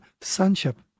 sonship